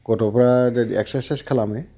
गथ'पोरा जुदि एक्सारसायस खालामो